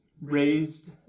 raised